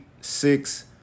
six